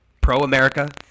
pro-America